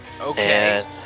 Okay